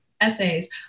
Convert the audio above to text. essays